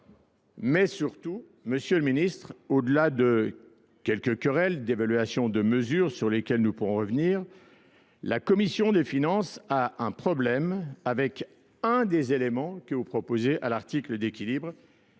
Mais surtout, Monsieur le Ministre, au-delà de quelques querelles d'évaluation de mesures sur lesquelles nous pourrons revenir, la Commission des Finances a un problème avec un des éléments que vous proposez à l'article d'équilibre